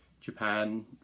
Japan